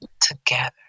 together